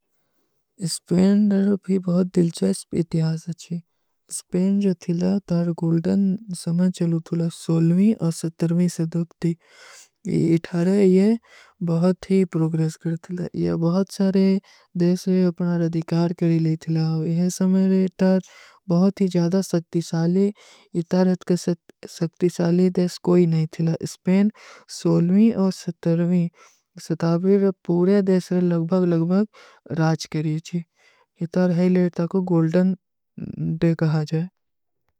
ସ୍ପେନ ଭୀ ବହୁତ ଦିଲ୍ଚେସ୍ପ ଇତିହାସ ହୈ। ସ୍ପେନ ଜୋ ଥିଲା ତାର ଗୁଲ୍ଡନ ସମଯ ଚଲୂ ଥୁଲା ସୋଲମୀ ଔର ସଟ୍ଟରମୀ ସଦୂତ ଥୀ। ଇଠାରେ ଯେ ବହୁତ ହୀ ପ୍ରୋଗ୍ରେସ କର ଥିଲା। ଯେ ବହୁତ ସାରେ ଦେଶେ ଅପନାର ଅଧିକାର କରେ ଲେ ଥିଲା। ସ୍ପେନ ଜୋ ଥିଲା ତାର ଗୁଲ୍ଡନ ସମଯ ଚଲୂ ଥୁଲା ସୋଲମୀ ଔର ସଟ୍ଟରମୀ ସଦୂତ ଥୀ।